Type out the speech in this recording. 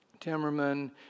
Timmerman